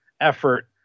effort